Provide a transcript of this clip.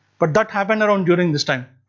but that happened around during this time.